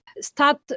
start